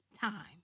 time